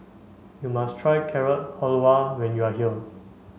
you must try Carrot Halwa when you are here